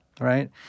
right